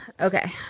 Okay